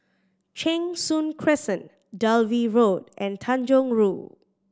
Cheng Soon Crescent Dalvey Road and Tanjong Rhu